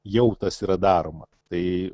jau tas yra daroma tai